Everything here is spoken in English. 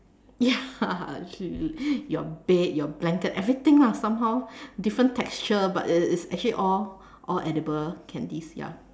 ya your bed your blanket everything ah somehow different texture but it it's actually all all edible candies ya